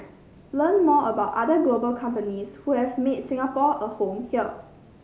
learn more about other global companies who have made Singapore a home here